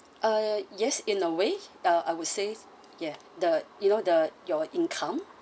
uh yes in a way ah I would say yeah the you know the your income